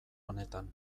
honetan